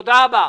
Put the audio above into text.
תודה רבה.